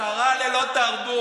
השרה לשעבר ללא-תרבות.